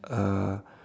uh